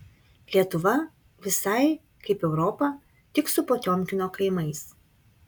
lietuva visai kaip europa tik su potiomkino kaimais